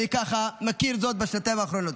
ככה אני מכיר זאת בשנתיים האחרונות.